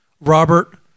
Robert